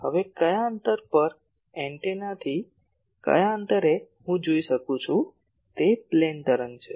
હવે કયા અંતર પર એન્ટેનાથી કયા અંતરે હું જોઈ શકું છું તે પ્લેન તરંગ છે